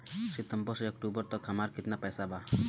सितंबर से अक्टूबर तक हमार कितना पैसा बा?